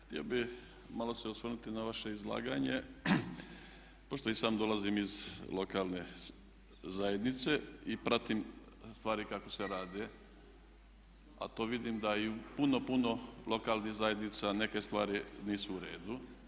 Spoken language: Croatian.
Htio bih malo se osvrnuti na vaše izlaganje, pošto i sam dolazim iz lokalne zajednice i pratim stvari kako se rade a to vidim da i u puno, puno lokalnih zajednica nisu u redu.